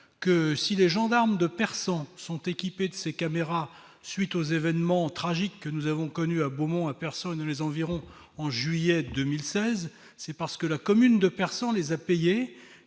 que si les gendarmes de personnes sont équipés de ces caméras suite aux événements tragiques que nous avons connu à Beaumont à personne, les environs en juillet 2016, c'est parce que la commune de persan, les a payés